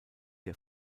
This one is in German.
der